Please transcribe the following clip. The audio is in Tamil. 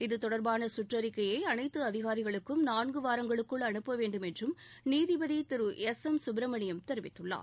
இதுதொடர்பான சுற்றறிக்கையை அனைத்து அதிகாரிகளுக்கும் நான்கு வாரங்களுக்குள் அனுப்ப வேண்டும் என்றும் நீதிபதி திரு எஸ் எம் சுப்பிரமணியம் தெரிவித்துள்ளார்